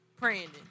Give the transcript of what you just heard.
Brandon